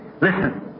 Listen